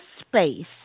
space